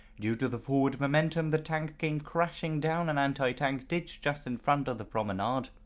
due to the forward momentum, the tank came crashing down an anti-tank ditch just in front of the promenade.